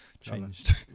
changed